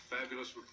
Fabulous